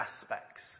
aspects